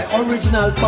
original